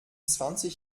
zwanzig